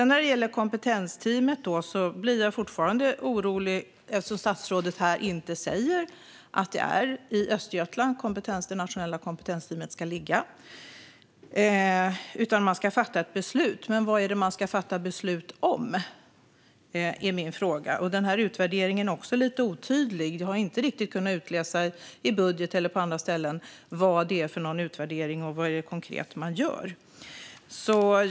När det gäller Nationella kompetensteamet blir jag fortfarande orolig eftersom statsrådet här inte säger att det är i Östergötland det ska ligga. Man ska fatta ett beslut, men vad är det man ska fatta beslut om? Det är min fråga. Den här utvärderingen är också lite otydlig. Det har inte riktigt kunnat utläsas i budgeten eller på andra ställen vad det är för utvärdering och vad det konkret är man gör.